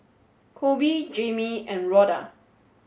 Koby Jamie and Rhoda